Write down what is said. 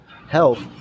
health